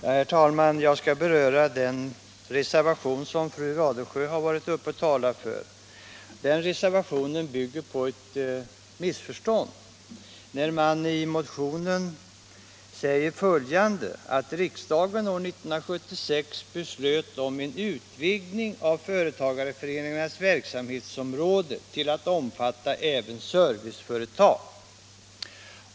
Herr talman! Jag skall beröra den reservation som fru Radesjö har talat för. Den reservationen bygger på ett missförstånd. I motionen heter det att riksdagen år 1976 beslöt om en utvidgning av företagareföreningarnas verksamhetsområde till att omfatta även serviceföretag.